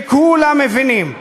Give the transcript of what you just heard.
וכולם מבינים,